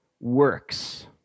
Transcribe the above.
works